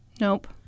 Nope